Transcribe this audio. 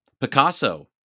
Picasso